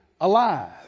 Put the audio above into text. alive